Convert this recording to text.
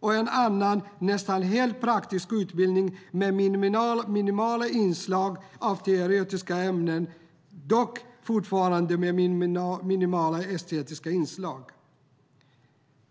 och en annan nästan helt praktisk utbildning med minimala inslag av teoretiska ämnen dock fortfarande med minimala estetiska inslag.